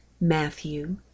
Matthew